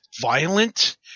violent